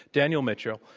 daniel mitchell,